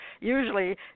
usually